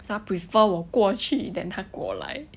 so 他 prefer 我过去 than 他过来